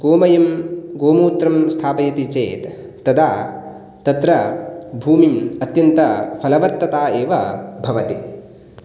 गोमयं गोमूत्रं स्थापयति चेत् तदा तत्र भूमिम् अत्यन्तफलवत्ता एव भवति